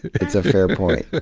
it's a fair point.